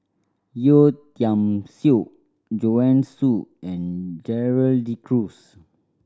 Yeo Tiam Siew Joanne Soo and Gerald De Cruz